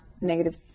negative